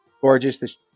Gorgeous